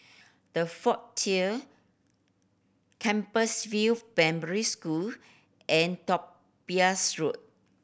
The Frontier Compassvale Primary School and Topaz Road